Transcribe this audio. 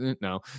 no